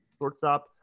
shortstop